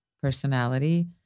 personality